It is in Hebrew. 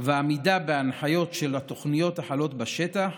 ועמידה בהנחיות של התוכניות החלות בשטח.